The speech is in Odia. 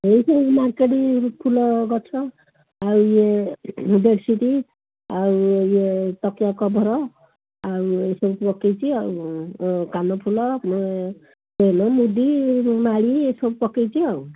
ଏଇ ସବୁ ମାର୍କେଟ୍ ଫୁଲ ଗଛ ଆଉ ଇଏ ବେଡ଼ସିଟ୍ ଆଉ ଇଏ ତକିଆ କଭର୍ ଆଉ ଏସବୁ ପକେଇଛି ଆଉ କାନଫୁଲ ଚେନ୍ ମୁଦି ମାଳି ଏସବୁ ପକେଇଛି ଆଉ